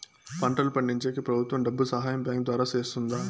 పంటలు పండించేకి ప్రభుత్వం డబ్బు సహాయం బ్యాంకు ద్వారా చేస్తుందా?